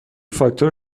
فاکتور